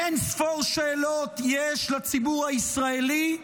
אין-ספור שאלות יש לציבור הישראלי,